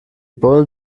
bullen